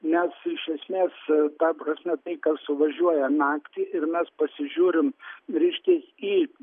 nes iš esmės ta prasme tai kas suvažiuoja naktį ir mes pasižiūrim reiškias į